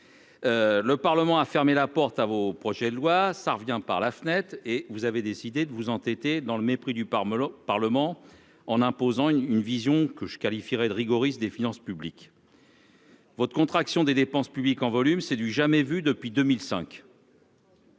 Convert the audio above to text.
Le Parlement a fermé la porte à vos projets de loi ça revient par la fenêtre et vous avez décidé de vous hanter. Es dans le mépris du Parmelan Parlement en imposant une vision que je qualifierais de rigoriste des finances publiques. Votre contraction des dépenses publiques en volume, c'est du jamais vu depuis 2005.